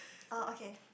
oh okay